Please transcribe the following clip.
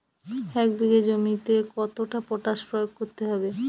এক বিঘে জমিতে কতটা পটাশ প্রয়োগ করতে হবে?